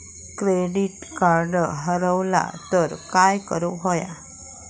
Credit card हरवला तर काय करुक होया?